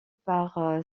par